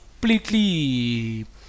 completely